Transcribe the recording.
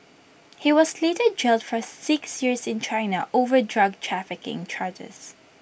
he was later jailed for six years in China over drug trafficking charges